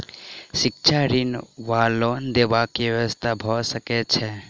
शिक्षा ऋण वा लोन देबाक की व्यवस्था भऽ सकै छै?